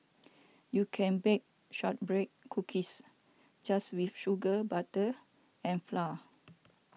you can bake Shortbread Cookies just with sugar butter and flour